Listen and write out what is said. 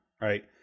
right